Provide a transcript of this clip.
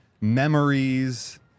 memories